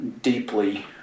deeply